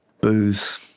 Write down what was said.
booze